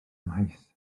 amheus